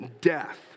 death